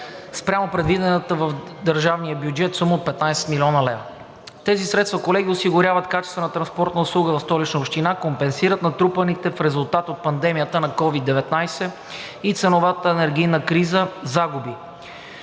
спрямо предвидената в държавния бюджет сума от 15 млн. лв. Тези средства, колеги, осигуряват качествена транспортна услуга в Столична община, компенсират натрупаните в резултат от пандемията на COVID-19 и ценовата енергийна криза загуби,